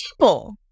people